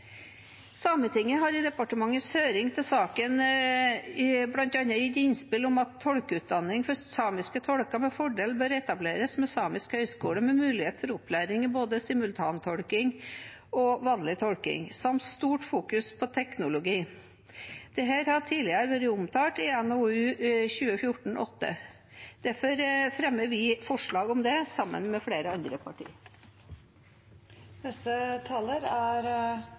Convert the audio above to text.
Sametinget har i departementets høring til saken bl.a. gitt innspill om at tolkeutdanning for samiske tolker med fordel bør etableres ved Samisk høgskole, med mulighet for opplæring i både simultantolking og vanlig tolking samt stort fokus på terminologi. Dette har tidligere vært omtalt i NOU 2014: 8. Derfor fremmer vi forslag om det sammen med flere andre partier. Tolkeloven er en veldig bra start. Vi er